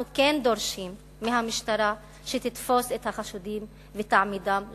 אנחנו כן דורשים מהמשטרה שתתפוס את החשודים ותעמידם לדין.